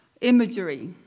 imagery